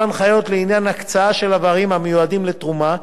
הנחיות לעניין הקצאה של איברים המיועדים לתרומה,